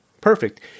Perfect